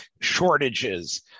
shortages